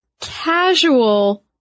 casual